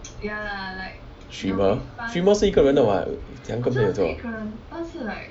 streamer streamer 是一个人的 [what] 怎么样跟朋友做